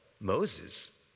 Moses